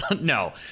no